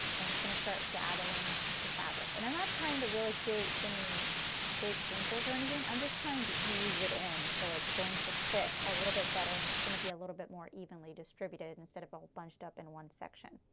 and it's going to start gathering the fabric. and i am not trying to really create any big wrinkles or anything, i am just trying to ease it in. so it's going to fit a little bit better and itis going to be a little bit more evenly distributed instead of all bunched up in one section.